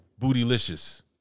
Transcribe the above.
bootylicious